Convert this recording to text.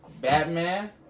Batman